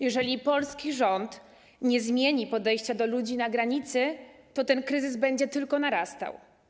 Jeżeli polski rząd nie zmieni podejścia do ludzi na granicy, to ten kryzys będzie tylko narastał.